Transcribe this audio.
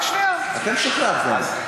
אתם שחררתם.